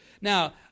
Now